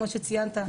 כמו שציינת,